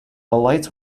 lights